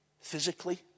physically